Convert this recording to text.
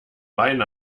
wein